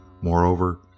Moreover